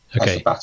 Okay